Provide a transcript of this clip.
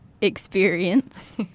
experience